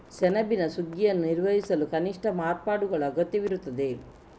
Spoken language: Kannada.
ಸೆಣಬಿನ ಸುಗ್ಗಿಯನ್ನು ನಿರ್ವಹಿಸಲು ಕನಿಷ್ಠ ಮಾರ್ಪಾಡುಗಳ ಅಗತ್ಯವಿರುತ್ತದೆ